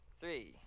three